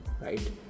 right